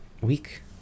week